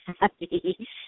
happy